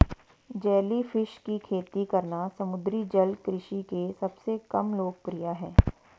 jellyfish की खेती करना समुद्री जल कृषि के सबसे कम लोकप्रिय है